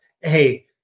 hey